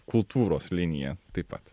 kultūros liniją taip pat